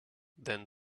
then